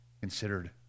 considered